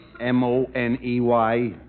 M-O-N-E-Y